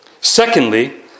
Secondly